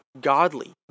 godly